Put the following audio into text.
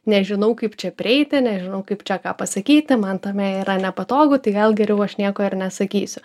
nežinau kaip čia prieiti nežinau kaip čia ką pasakyti man tame yra nepatogu tai gal geriau aš nieko ir nesakysiu